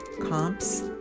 comps